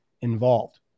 involved